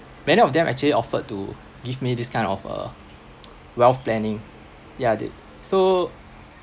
many of them actually offered to give me this kind of a wealth planning ya did so